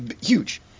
Huge